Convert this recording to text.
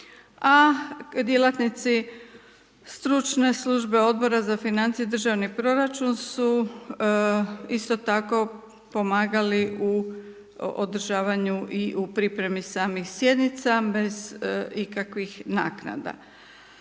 A djelatnici stručne službe Odbora za financije i državni proračun su isto tako pomagali u održavanju i u pripremi samih sjednica, bez ikakvih naknada.